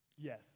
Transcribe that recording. Yes